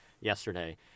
yesterday